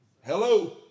Hello